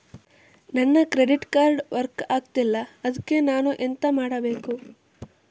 ನನ್ನ credit card work ಆಗ್ತಿಲ್ಲ ಅದ್ಕೆ ನಾನು ಎಂತ ಮಾಡಬೇಕು?